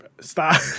Stop